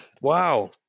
Wow